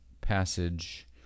passage